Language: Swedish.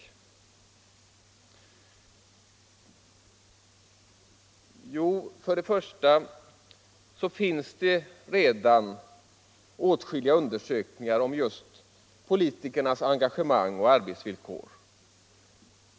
Jo, för det första finns det redan åtskilliga undersökningar om just politikernas engagemang och arbetsvillkor.